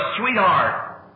sweetheart